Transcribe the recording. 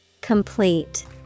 Complete